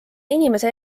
inimese